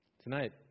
Tonight